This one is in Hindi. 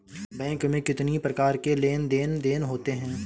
बैंक में कितनी प्रकार के लेन देन देन होते हैं?